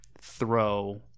throw